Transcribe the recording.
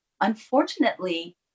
Unfortunately